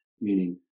meaning